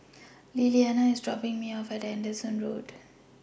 Lillianna IS dropping Me off At Anderson Road